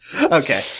Okay